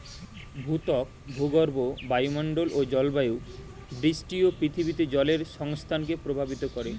ভূত্বক, ভূগর্ভ, বায়ুমন্ডল ও জলবায়ু বৃষ্টি ও পৃথিবীতে জলের সংস্থানকে প্রভাবিত করে